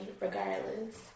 regardless